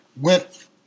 went